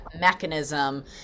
mechanism